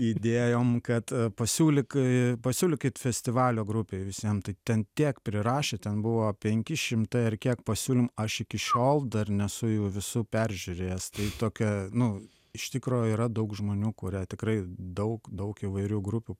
įdėjom kad pasiūlyk pasiūlykit festivalio grupei visiem tai ten tiek prirašė ten buvo penki šimtai ar kiek pasiūlymų aš iki šiol dar nesu jų visų peržiūrėjęs tai tokia nu iš tikro yra daug žmonių kurie tikrai daug daug įvairių grupių